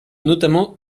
notamment